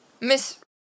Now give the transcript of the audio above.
Miss